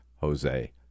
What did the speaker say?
Jose